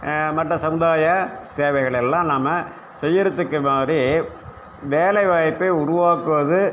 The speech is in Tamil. மற்ற சமுதாய தேவைகள் எல்லாம் நாம செய்கிறத்துக்கு மாதிரி வேலைவாய்ப்பை உருவாக்குவது